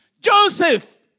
Joseph